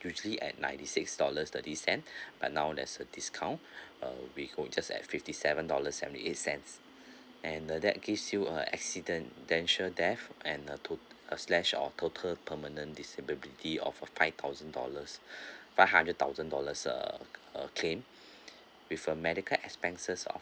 usually at ninety six dollars thirty cent but now there's a discount uh we go just at fifty seven dollars sevety eight cents and uh that gives you a accidental death and uh total slash or total permanent disability of five thousand dollars five hundred thousand dollars err err claim with a medical expenses of